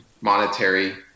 monetary